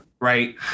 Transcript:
right